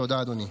תודה, אדוני.